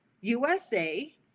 usa